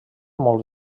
molt